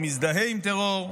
הוא מזדהה עם טרור,